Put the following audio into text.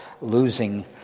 losing